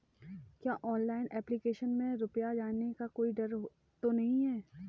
क्या online application में रुपया जाने का कोई डर तो नही है?